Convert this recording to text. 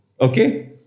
okay